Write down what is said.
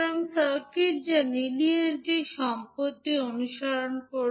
সুতরাং সার্কিট যা লিনিয়ারিটি সম্পত্তি অনুসরণ করে